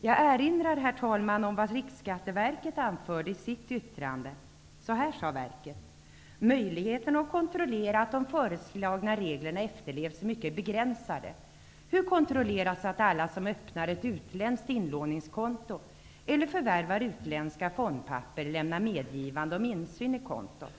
Jag erinrar, herr talman, om vad Riksskatteverket anförde i sitt yttrande: Möjligheterna att kontrollera att de föreslagna reglerna efterlevs är mycket begränsade. Hur kontrolleras att alla som öppnar ett utländskt inlåningskonto eller förvärvar utländska fondpapper lämnar medgivande om insyn i kontot?